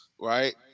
right